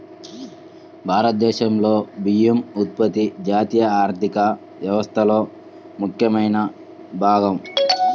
భారతదేశంలో బియ్యం ఉత్పత్తి జాతీయ ఆర్థిక వ్యవస్థలో ముఖ్యమైన భాగం